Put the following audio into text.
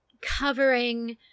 covering